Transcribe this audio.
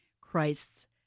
Christ's